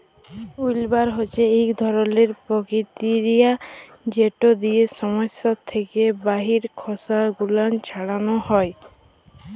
উইল্লবার হছে ইক ধরলের পরতিকিরিয়া যেট দিয়ে সস্য থ্যাকে বাহিরের খসা গুলান ছাড়ালো হয়